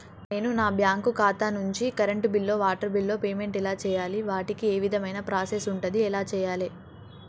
నేను నా బ్యాంకు ఖాతా నుంచి కరెంట్ బిల్లో వాటర్ బిల్లో పేమెంట్ ఎలా చేయాలి? వాటికి ఏ విధమైన ప్రాసెస్ ఉంటది? ఎలా చేయాలే?